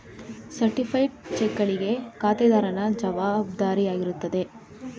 certified ಚೆಕ್ಗಳಿಗೆ ಖಾತೆದಾರನ ಜವಾಬ್ದಾರಿಯಾಗಿರುತ್ತದೆ